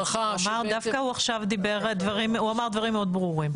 דווקא עכשיו הוא אמר דברים מאוד ברורים.